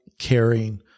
Caring